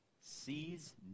sees